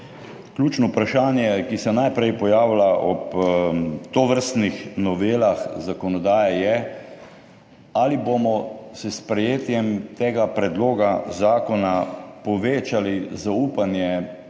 Ključno vprašanje, ki se najprej pojavlja ob tovrstnih novelah zakonodaje, je, ali bomo s sprejetjem tega predloga zakona povečali zaupanje